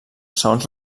segons